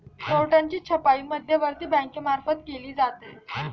नोटांची छपाई मध्यवर्ती बँकेमार्फत केली जाते